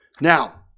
Now